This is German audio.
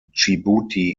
dschibuti